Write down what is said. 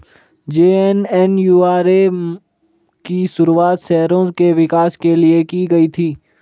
JNNURM की शुरुआत शहरों के विकास के लिए की गई थी